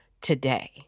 today